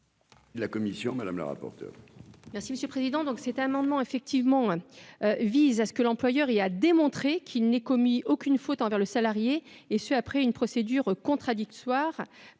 La commission madame la rapporteure. Merci monsieur le Président, donc cet amendement effectivement vise à ce que l'employeur, il a démontré qu'il n'ait commis aucune faute envers le salarié et ce après une procédure contradictoire